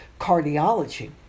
Cardiology